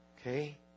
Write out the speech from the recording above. Okay